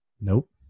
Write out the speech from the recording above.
Nope